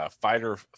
fighter